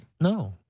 No